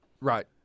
Right